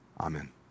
Amen